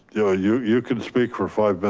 yeah you you can speak for five but